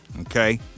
Okay